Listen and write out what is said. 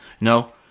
No